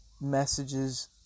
messages